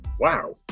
wow